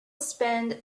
spend